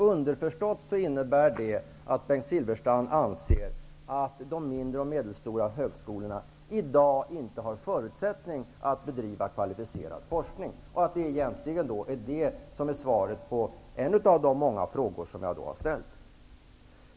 Underförstått innebär det att Bengt Silfverstrand anser att de mindre och medelstora högskolorna i dag inte har förutsättning att bedriva kvalificerad forskning och att det egentligen är svaret på en av de många frågor jag har ställt.